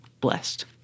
blessed